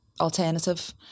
alternative